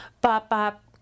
Bop-Bop